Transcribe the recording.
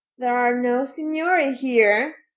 there are no signori here!